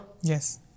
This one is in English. Yes